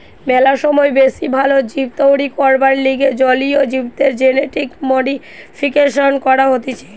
ম্যালা সময় বেশি ভাল জীব তৈরী করবার লিগে জলীয় জীবদের জেনেটিক মডিফিকেশন করা হতিছে